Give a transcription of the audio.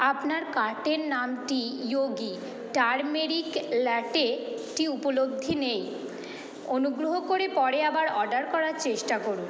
আপনার কার্টের নামটি ইয়োগি টারমেরিক ল্যাটেটি উপলব্ধি নেই অনুগ্রহ করে পরে আবার অর্ডার করার চেষ্টা করুন